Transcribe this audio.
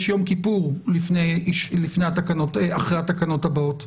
יש יום כיפור אחרי התקנות הבאות.